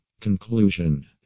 conclusion